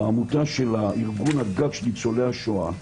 בעמותה של ארגון הגג של ניצולי השואה,